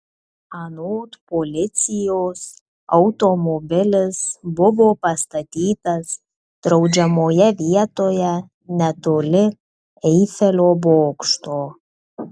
anot policijos automobilis buvo pastatytas draudžiamoje vietoje netoli eifelio bokšto